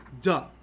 Duh